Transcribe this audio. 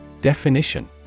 Definition